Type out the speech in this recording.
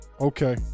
Okay